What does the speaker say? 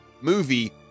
movie